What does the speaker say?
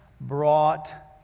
brought